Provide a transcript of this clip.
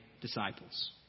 disciples